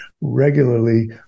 regularly